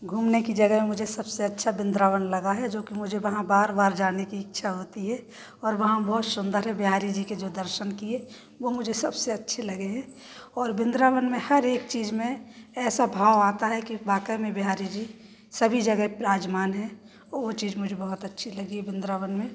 घूमने की जगह मुझे सबसे अच्छा वृंदावन लगा है जो कि मुझे वहाँ बार बार जाने की इच्छा होती है और वहाँ बहुत सुंदर बिहारी जी के दर्शन किए वो मुझे सबसे अच्छे लगे हैं और वृंदावन में हर एक चीज में ऐसा भाव आता है वाकई में बिहारी जी सभी जगह विराजमान है वो चीज मुझे बहुत अच्छी लगी वृंदावन में